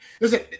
listen